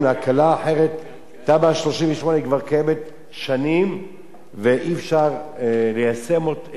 אחרת תמ"א 38 כבר קיימת שנים ואי-אפשר ליישם את התוכנית